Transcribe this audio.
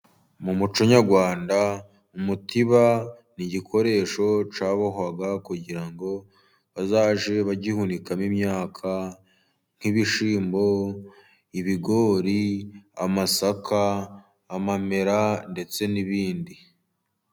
Mu muco nyarwanda umutiba ni igikoresho cyabohwaga kugira ngo bazajye bagihunikamo imyaka nk'ibishimbo, ibigori, amasaka, amamera ndetse n'ibindi.